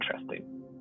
interesting